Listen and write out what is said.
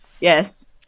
Yes